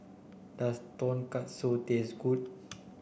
does Tonkatsu taste good